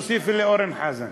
תוסיפי לאורן חזן.